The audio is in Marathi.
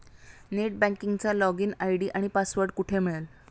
नेट बँकिंगचा लॉगइन आय.डी आणि पासवर्ड कुठे मिळेल?